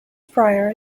prior